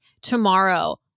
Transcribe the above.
tomorrow